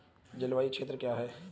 जलवायु क्षेत्र क्या है?